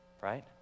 right